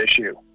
issue